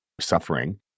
suffering